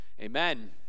amen